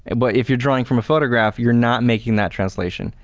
but if you're drawing from a photograph, you're not making that translation.